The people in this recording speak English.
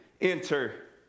enter